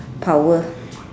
power